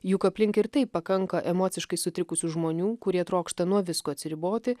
juk aplink ir taip pakanka emociškai sutrikusių žmonių kurie trokšta nuo visko atsiriboti